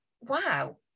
wow